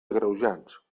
agreujants